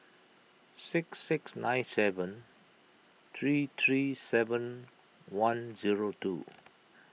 six six nine seven three three seven one zero two